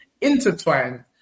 intertwined